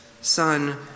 Son